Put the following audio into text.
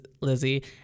Lizzie